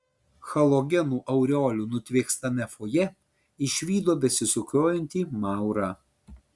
halogenų aureolių nutviekstame fojė išvydo besisukiojantį maurą